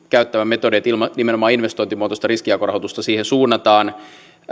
käyttämä metodi että nimenomaan investointimuotoista riskijakorahoitusta siihen suunnataan